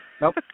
Nope